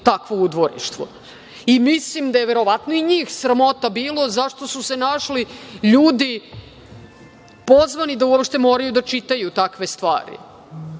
takvo udvorištvo. I mislim da je verovatno i njih sramota bilo zašto su se našli ljudi pozvani da uopšte moraju da čitaju takve stvari